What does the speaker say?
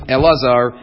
Elazar